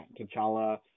T'Challa